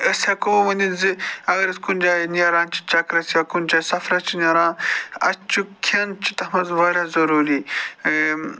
أسۍ ہٮ۪کَو ؤنِتھ زِ اَگر أسۍ کُنہِ جایہِ نیران چھِ چَکرَس یا کُنہِ جایہِ سفرَس چھِ نیران اَسہِ چھُ کھیٚن چھُ تَتھ منٛز واریاہ ضروٗری